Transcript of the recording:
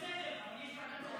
מסדרת את כולנו.